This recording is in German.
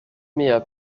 meer